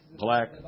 black